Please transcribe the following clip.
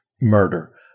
murder